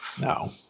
No